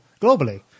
globally